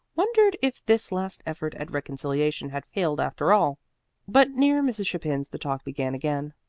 wondered if this last effort at reconciliation had failed after all but near mrs. chapin's the talk began again.